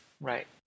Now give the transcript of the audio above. Right